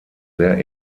sehr